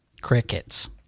Crickets